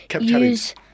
use